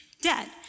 dead